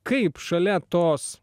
kaip šalia tos